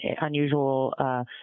unusual